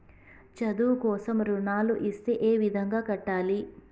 చదువు కోసం రుణాలు ఇస్తే ఏ విధంగా కట్టాలి?